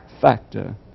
factor